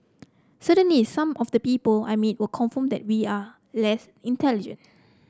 certainly some of the people I meet will confirm that we are less intelligent